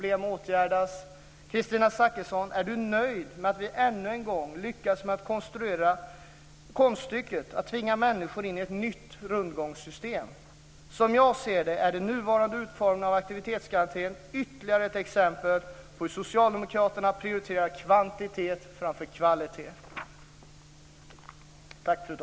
Är Kristina Zakrisson nöjd med att vi ännu en gång lyckats med konststycket att tvinga människor in i ett nytt rundgångssystem? Som jag ser det är den nuvarande utformningen av aktivitetsgarantin ytterligare ett exempel på hur socialdemokraterna prioriterar kvantitet framför kvalitet.